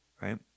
right